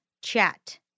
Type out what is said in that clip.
chat